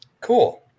cool